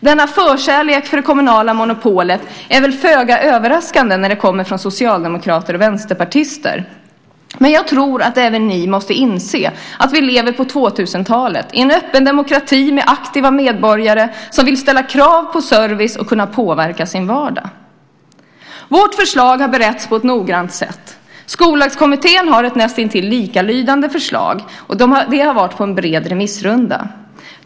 Denna förkärlek för det kommunala monopolet är väl föga överraskande när det kommer från socialdemokrater och vänsterpartister. Jag tror att även ni måste inse att vi lever på 2000-talet i en öppen demokrati med aktiva medborgare som vill ställa krav på service och kunna påverka sin vardag. Vårt förslag har beretts på ett noggrant sätt. Skollagskommittén har ett näst intill likalydande förslag. Det har varit på en bred remissrunda.